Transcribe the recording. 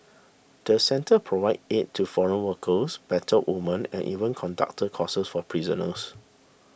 the centre provided aid to foreign workers battered woman and even conducted courses for prisoners